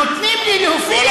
נותנים לי להופיע?